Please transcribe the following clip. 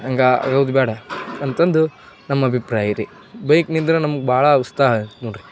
ಹಂಗೆ ಆಗೋದು ಬೇಡ ಅಂತ ಅಂದು ನಮ್ಮ ಅಭಿಪ್ರಾಯ ರೀ ಬೈಕ್ನಿಂದ್ರೆ ನಮುಗೆ ಭಾಳ ಉತ್ಸಾಹ ನೋಡಿರಿ